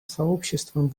сообществом